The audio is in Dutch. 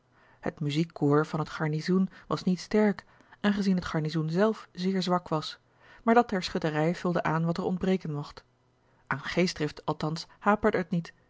het muziekkorps van het garnizoen was niet sterk aangezien het garnizoen zelf zeer zwak was maar dat der schutterij vulde aan wat er ontbreken mocht aan geestdrift althans haperde het niet